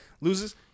loses